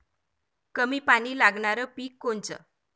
कमी पानी लागनारं पिक कोनचं?